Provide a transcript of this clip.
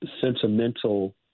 sentimental